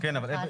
נוכל להתקדם.